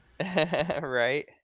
right